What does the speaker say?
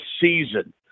season